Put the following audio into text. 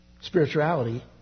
spirituality